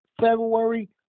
February